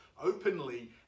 openly